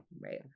Right